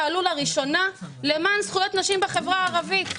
כר הפעולה הראשון שלהן למען נשים בחברה הערבית.